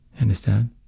understand